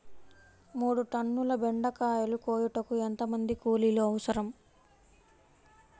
మూడు టన్నుల బెండకాయలు కోయుటకు ఎంత మంది కూలీలు అవసరం?